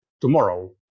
Tomorrow